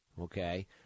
okay